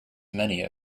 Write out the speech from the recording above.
many